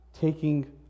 taking